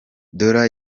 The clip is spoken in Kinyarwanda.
dola